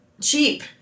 cheap